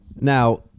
Now